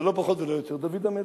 זה לא פחות ולא יותר, דוד המלך.